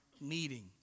meeting